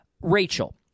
Rachel